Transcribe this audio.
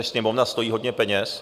Sněmovna stojí hodně peněz.